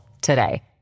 today